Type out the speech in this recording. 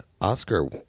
Oscar